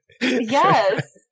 Yes